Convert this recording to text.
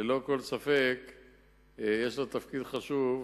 ללא כל ספק יש לה תפקיד חשוב: